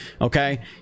okay